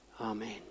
Amen